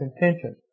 intention